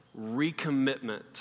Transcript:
recommitment